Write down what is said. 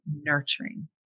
nurturing